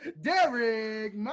Derek